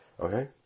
Okay